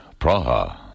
Praha